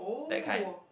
that kind